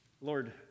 Lord